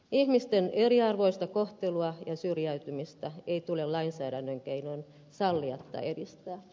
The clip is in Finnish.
ihmisten eriarvoista kohtelua ja syrjäytymistä ei tule lainsäädännön keinoin sallia tai edistää